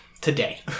Today